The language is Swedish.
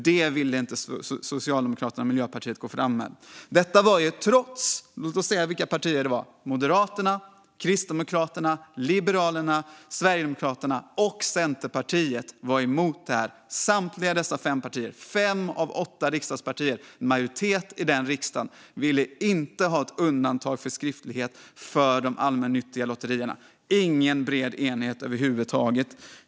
Det ville inte Socialdemokraterna och Miljöpartiet gå fram med. Låt oss säga vilka partier som var emot. Det var Moderaterna, Kristdemokraterna, Liberalerna, Sverigedemokraterna och Centerpartiet. Det var samtliga dessa fem partier, fem av åtta riksdagspartier. En majoritet i den riksdagen ville inte ha ett undantag för skriftlighet för de allmännyttiga lotterierna. Det var ingen bred enighet över huvud taget.